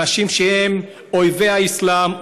אנשים שהם אויבי האסלאם,